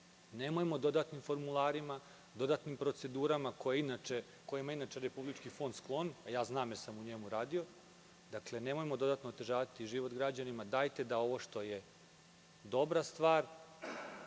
nemojmo dodatnim formularima, dodatnim procedurama, kojima je inače Republički fond sklon, a ja znam jer sam u njemu radio, nemojmo dodatno otežavati život građanima, već dajte da ovo što je dobra stvar